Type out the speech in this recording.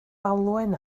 falwen